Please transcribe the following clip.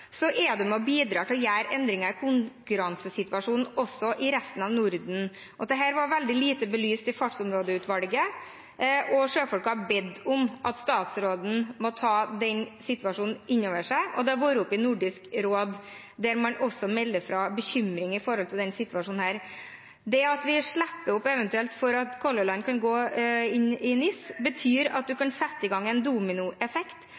er man med og bidrar til å gjøre endringer i konkurransesituasjonen også i resten av Norden. Dette var i veldig liten grad belyst av Fartsområdeutvalget, og sjøfolkene har bedt om at statsråden må ta den situasjonen inn over seg. Temaet har vært oppe i Nordisk råd, der man også meldte fra om bekymring for denne situasjonen. At man eventuelt tillater at Color Line kan gå over i NIS, betyr at man kan komme til å sette i gang en dominoeffekt